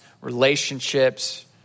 relationships